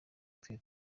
twe